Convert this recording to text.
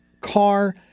car